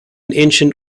ancient